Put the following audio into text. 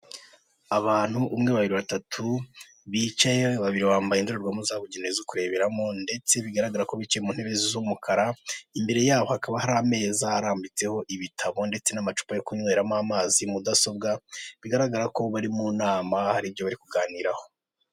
Abantu umwe, babiri, batatu, bicaye babiri bambaye indorerwamo zabugenewe zo kureberamo, ndetse bigaragara ko bicaye mu ntebe z'umuka, imbere yabo hakaba hari ameza arambitseho ibitabo, ndetse n' amacupa yo kunyweramo amazi, mudasobwa bigaragara ko bo bari mu nama hari ibyo bari kuganiraho.